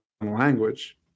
language